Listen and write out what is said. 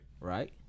Right